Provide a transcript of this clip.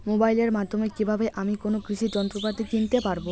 মোবাইলের মাধ্যমে কীভাবে আমি কোনো কৃষি যন্ত্রপাতি কিনতে পারবো?